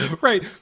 Right